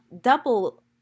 double